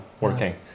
working